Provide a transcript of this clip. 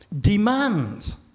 demands